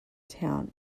town